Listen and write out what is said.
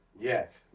Yes